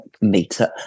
meter